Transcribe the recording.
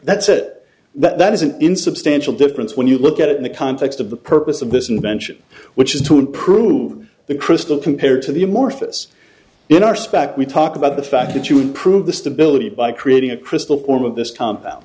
set that is an insubstantial difference when you look at it in the context of the purpose of this invention which is to improve the crystal compared to the amorphous in our spec we talk about the fact that you improve the stability by creating a crystal form of this compound